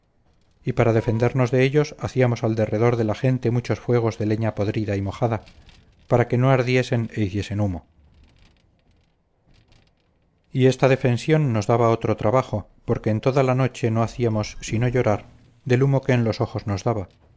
y para defendernos de ellos hacíamos al derredor de la gente muchos fuegos de leña podrida y mojada para que no ardiesen e hiciesen humo y esta defensión nos daba otro trabajo porque en toda la noche no hacíamos sino llorar del humo que en los ojos nos daba